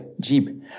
jeep